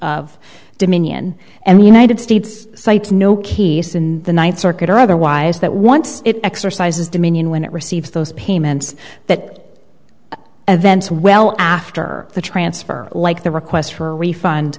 of dominion and the united states cites no keys in the ninth circuit or otherwise that once it exercises dominion when it receives those payments that events well after the transfer like the request for a refund